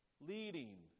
leading